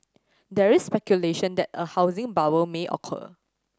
there is speculation that a housing bubble may occur